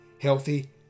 healthy